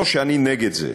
לא שאני נגד זה,